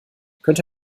könnte